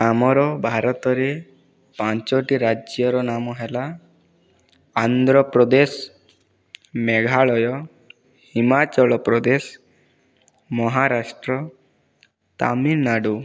ଆମର ଭାରତରେ ପାଞ୍ଚୋଟି ରାଜ୍ୟର ନାମ ହେଲା ଆନ୍ଧ୍ରପ୍ରଦେଶ ମେଘାଳୟ ହିମାଚଳ ପ୍ରଦେଶ ମହାରାଷ୍ଟ୍ର ତାମିଲନାଡ଼ୁ